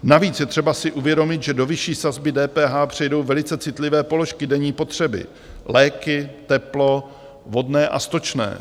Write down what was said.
Navíc je třeba si uvědomit, že do vyšší sazby DPH přejdou velice citlivé položky denní potřeby, léky, teplo, vodné a stočné.